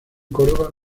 córdoba